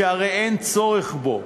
שהרי אין צורך בו.